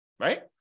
right